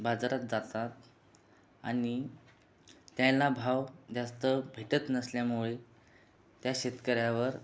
बाजारात जातात आणि त्यांना भाव जास्त भेटत नसल्यामुळे त्या शेतकऱ्यावर